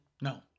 No